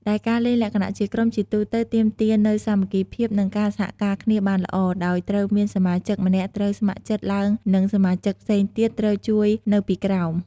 ដែលការលេងលក្ខណៈជាក្រុម ជាទូទៅទាមទារនូវ សាមគ្គីភាព និង ការសហការគ្នាបានល្អ ដោយត្រូវមានសមាជិកម្នាក់ត្រូវស្ម័គ្រចិត្តឡើងនិងសមាជិកផ្សេងទៀតត្រូវជួយនៅពីក្រោម។